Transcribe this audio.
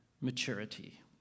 maturity